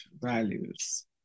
values